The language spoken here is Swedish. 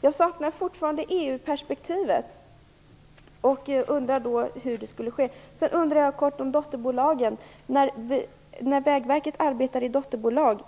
Jag saknar fortfarande EU-perspektivet. Sedan undrar jag kort hur det blir när Vägverket arbetar genom dotterbolag.